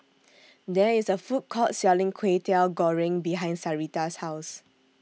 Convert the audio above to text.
There IS A Food Court Selling Kway Teow Goreng behind Sarita's House